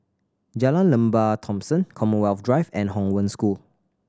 Jalan Lembah Thomson Commonwealth Drive and Hong Wen School